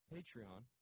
Patreon